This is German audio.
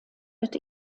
wird